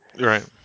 Right